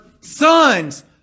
sons